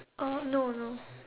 uh no no